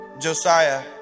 Josiah